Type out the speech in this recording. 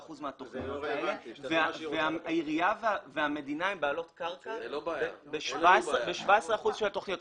העירייה והמדינה הן בעלות קרקע ב-17% מהתכניות.